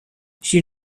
she